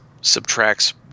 subtracts